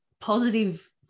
positive